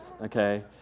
Okay